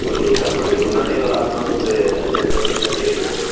ஓகேங்க சார் அப்போ நீங்கள் முன்னாடியே அட்வான்ஸ் ஒரு டென் தௌசண்ட் கட்டிருங்க